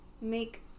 make